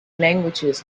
languages